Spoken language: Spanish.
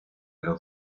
los